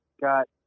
got